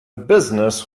business